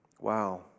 Wow